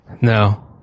No